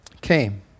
came